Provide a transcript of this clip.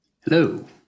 Hello